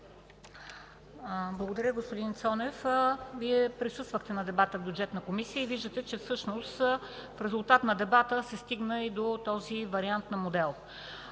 Благодаря, господин Цонев. Вие присъствахте на дебата в Бюджетната комисия и виждате, че всъщност в резултат на дебата се стигна и до този вариант на модел.